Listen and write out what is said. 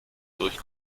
durch